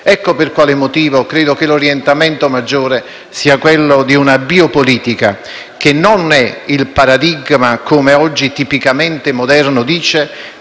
Ecco per quale motivo io ritengo che l'orientamento maggiore sia quello di una biopolitica, che non è il paradigma - tipicamente moderno - che